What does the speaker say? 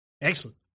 Excellent